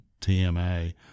TMA